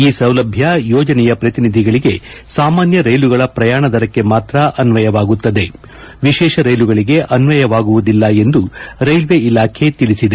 ಈ ಸೌಲಭ್ಯ ಯೋಜನೆಯ ಪ್ರತಿನಿಧಿಗಳಿಗೆ ಸಾಮಾನ್ಯ ರೈಲುಗಳ ಪ್ರಯಾಣ ದರಕ್ಕೆ ಮಾತ್ರ ಅನ್ವಯವಾಗುತ್ತದೆ ವಿಶೇಷ ರೈಲುಗಳಿಗೆ ಅನ್ವಯವಾಗುವುದಿಲ್ಲ ಎಂದು ರೈಲ್ವೆ ಇಲಾಖೆ ತಿಳಿಸಿದೆ